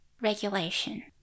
regulation